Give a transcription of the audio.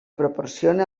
proporciona